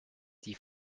die